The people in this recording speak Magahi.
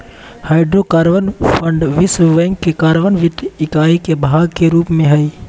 हाइड्रोकार्बन फंड विश्व बैंक के कार्बन वित्त इकाई के भाग के रूप में हइ